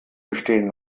bestehen